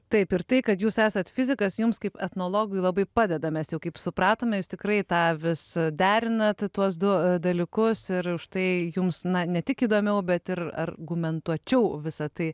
taip ir tai kad jūs esat fizikas jums kaip etnologui labai padeda mes jau kaip supratome jūs tikrai tą vis derinat tuos du dalykus ir už tai jums na ne tik įdomiau bet ir argumentuočiau visa tai